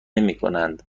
نمیکنند